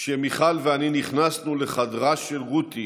כשמיכל ואני נכנסנו לחדרה של רותי